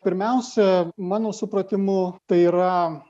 pirmiausia mano supratimu tai yra